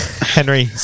Henry